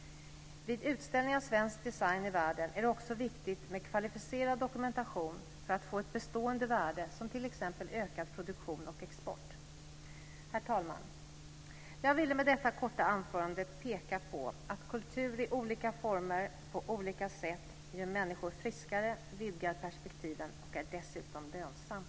Vid utställning av svensk design i världen är det också viktigt med kvalificerad dokumentation för att få ett bestående värde som t.ex. ökad produktion och export. Herr talman! Jag ville med detta korta anförande peka på att kultur i olika former på olika sätt gör människor friskare, vidgar perspektiven och är dessutom lönsamt.